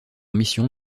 mission